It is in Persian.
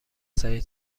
سریع